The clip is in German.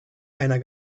einer